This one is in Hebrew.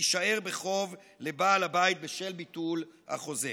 ותישאר בחוב לבעל הבית בשל ביטול החוזה.